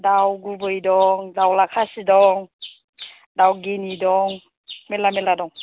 दाव गुबै दं दावला खासि दं दाव गिनि दं मेर्ला मेर्ला दं